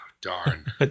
Darn